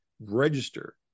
register